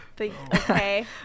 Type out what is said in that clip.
okay